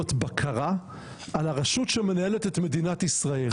בקרה על הרשות שמנהלת את מדינת ישראל.